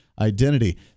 identity